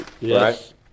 yes